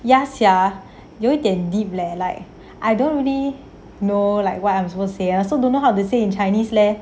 ya sia 有点 deep leh like I don't really know like what I'm suppose to say I also don't know how to say in chinese leh